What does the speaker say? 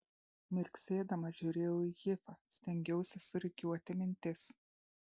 mirksėdama žiūrėjau į hifą stengiausi surikiuoti mintis